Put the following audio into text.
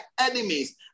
enemies